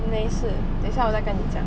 没事等一下我再跟你讲